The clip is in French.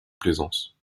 plaisance